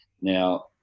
Now